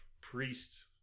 priest